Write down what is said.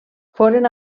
foren